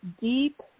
deep